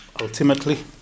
Ultimately